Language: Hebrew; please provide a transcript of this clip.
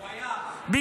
הוא היה, להזכירך.